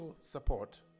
support